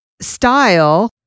style